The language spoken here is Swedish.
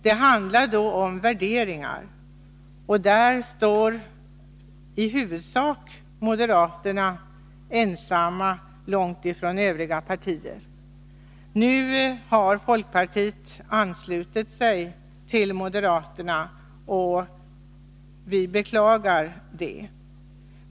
Det handlar då om värderingar, och där står moderaterna i huvudsak ensamma, långt ifrån övriga partier — nu har folkpartiet anslutit sig till moderaterna, och det beklagar vi.